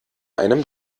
einem